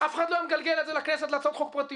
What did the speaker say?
אף אחד לא היה מגלגל את זה לכנסת להצעות חוק פרטיות.